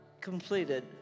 completed